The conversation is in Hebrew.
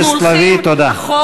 אנחנו הולכים אחורה.